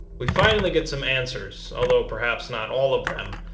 we finally get some answers, although perhaps not all of them,